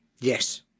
Yes